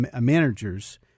managers